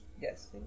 yes